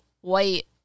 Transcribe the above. white